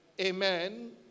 Amen